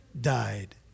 died